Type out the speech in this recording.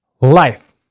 life